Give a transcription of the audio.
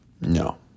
No